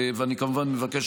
ואני כמובן מבקש